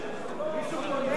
אנחנו לא ערוכים לכך.